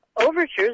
overtures